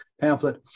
pamphlet